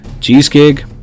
cheesecake